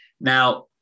Now